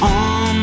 on